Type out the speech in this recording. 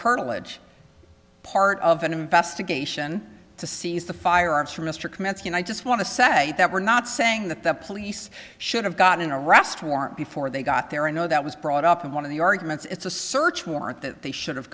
curtilage part of an investigation to seize the firearms from mr kamensky and i just want to say that we're not saying that the police should have got in arrest warrant before they got there i know that was brought up in one of the arguments it's a search warrant that they should have